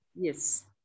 Yes